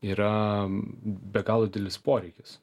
yra be galo didelis poreikis